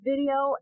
video